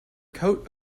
coat